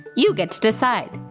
you get to decide!